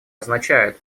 означает